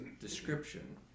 description